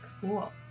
Cool